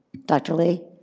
dr. lee?